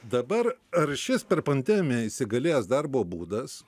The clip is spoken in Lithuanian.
dabar ar šis per pandemiją įsigalėjęs darbo būdas